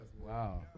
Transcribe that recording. Wow